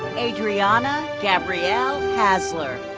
adrianna gabrielle hasler.